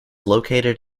located